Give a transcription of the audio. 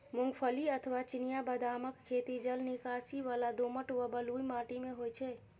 मूंगफली अथवा चिनिया बदामक खेती जलनिकासी बला दोमट व बलुई माटि मे होइ छै